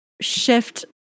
shift